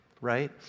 right